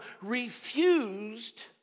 refused